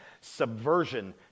Subversion